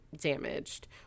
damaged